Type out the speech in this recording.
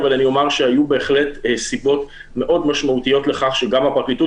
אבל אני אומר שהיו בהחלט סיבות מאוד משמעותיות לכך שגם הפרקליטות